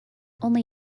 only